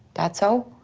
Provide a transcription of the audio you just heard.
that's all.